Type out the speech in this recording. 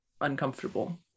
uncomfortable